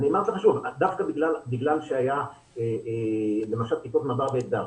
למשל כיתות מב"ר ואתגר,